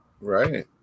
Right